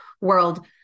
world